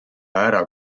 ära